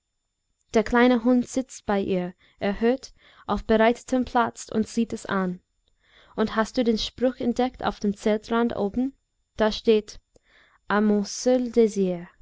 der kleine hund sitzt bei ihr erhöht auf bereitetem platz und sieht es an und hast du den spruch entdeckt auf dem zeltrand oben da steht